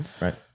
Right